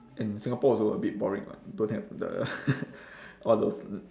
and singapore also a bit boring [what] don't have the all those